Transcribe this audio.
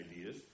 ideas